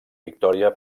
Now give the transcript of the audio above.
victòria